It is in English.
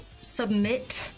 submit